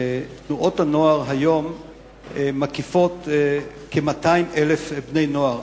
שתנועות הנוער היום מקיפות כ-200,000 בני נוער,